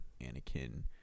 Anakin